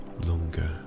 longer